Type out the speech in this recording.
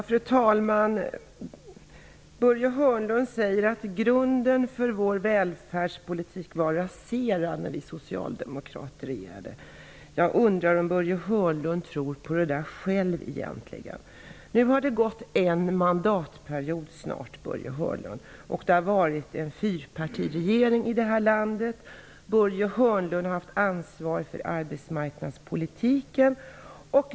Fru talman! Börje Hörnlund säger att grunden för vår välfärdspolitik var raserad när vi socialdemokrater regerade. Jag undrar om Börje Hörnlund egentligen tror på det där själv. Nu har det snart gått en mandatperiod, Börje Hörnlund. Det har varit en fyrpartiregering i landet. Börje Hörnlund har haft ansvar för arbetsmarknadspolitiken.